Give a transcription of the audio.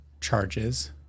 charges